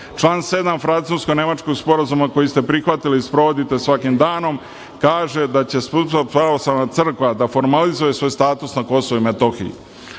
7. francusko-nemačkog sporazuma, koji ste prihvatili i sprovodite svakim danom, kaže da će Srpska pravoslavna crkva da formalizuje svoj status na Kosovu i Metohiji.